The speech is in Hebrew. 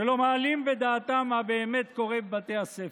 שלא מעלים בדעתם מה באמת קורה בבתי הספר.